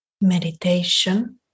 meditation